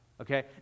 okay